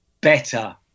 better